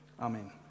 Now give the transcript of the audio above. Amen